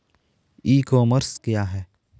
ई commerce क्या है?